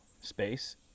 space